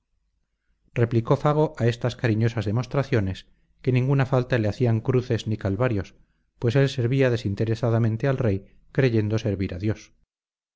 replicó fago a estas cariñosas demostraciones que ninguna falta le hacían cruces ni calvarios pues él servía desinteresadamente al rey creyendo servir a dios